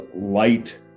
light